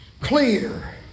clear